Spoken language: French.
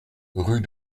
rue